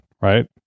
right